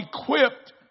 equipped